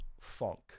Funk